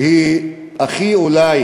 שהיא אולי